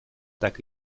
так